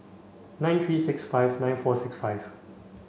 nine three six five nine four six five